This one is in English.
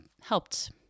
helped